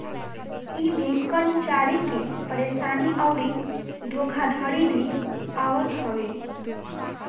इमें कर्मचारी के परेशानी अउरी धोखाधड़ी भी आवत हवे